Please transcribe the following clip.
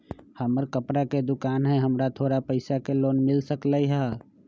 हमर कपड़ा के दुकान है हमरा थोड़ा पैसा के लोन मिल सकलई ह?